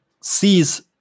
sees